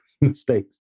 mistakes